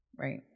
Right